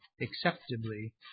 acceptably